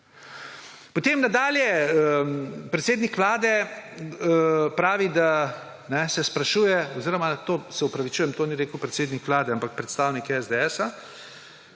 Potem nadalje predsednik vlade pravi oziroma to se opravičujem, ni rekel predsednik vlade, ampak predstavnik SDS